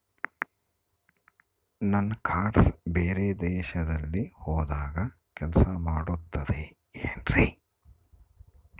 ನನ್ನ ಕಾರ್ಡ್ಸ್ ಬೇರೆ ದೇಶದಲ್ಲಿ ಹೋದಾಗ ಕೆಲಸ ಮಾಡುತ್ತದೆ ಏನ್ರಿ?